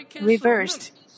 reversed